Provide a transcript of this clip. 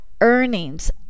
earnings